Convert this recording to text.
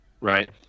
right